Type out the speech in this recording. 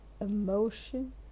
emotion